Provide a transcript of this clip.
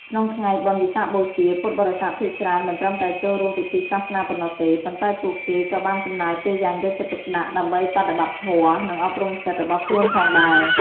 ក្នុងថ្ងៃបុណ្យវិសាខបូជា ពុទ្ធបរិស័ទភាគច្រើនមិនត្រឹមតែចូលរួមពិធីសាសនាប៉ុណ្ណោះទេ ប៉ុន្តែពួកគេក៏បានចំណាយពេលយ៉ាងយកចិត្តទុកដាក់ដើម្បីបដិបត្តិធម៌ និងអប់រំចិត្តរបស់ខ្លួនផងដែរ។